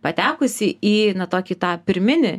patekusi į tokį tą pirminį